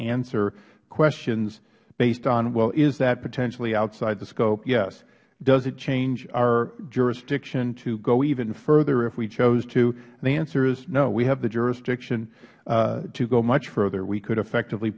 answer questions based on well is that potentially outside the scope yes does it change our jurisdiction to go even further if we chose to and the answer is no we have the jurisdiction to go much further we could effectively